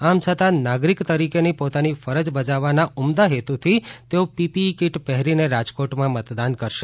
આમ છતાં નાગરિક તરીકેની પોતાની ફરજ બજાવવાના ઉમદા હેતુથી તેઓ પીપીઈ કિટ પહેરીને રાજકોટમાં મતદાન કરશે